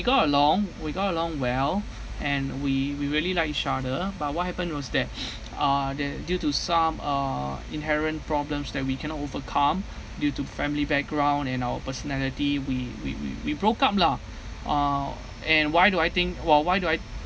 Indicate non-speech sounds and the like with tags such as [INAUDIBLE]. got along we got along well and we we really like each other but what happened was that [NOISE] uh th~ due to some uh inherent problems that we cannot overcome due to family background and our personality we we we we broke up lah uh and why do I think wh~ why do I